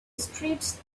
streets